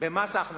במס הכנסה,